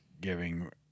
giving